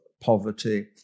poverty